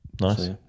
nice